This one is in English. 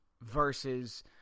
versus